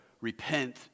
repent